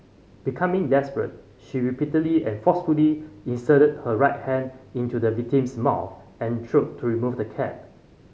becoming desperate she repeatedly and forcefully inserted her right hand into the victim's mouth and throat to remove the cap